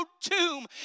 tomb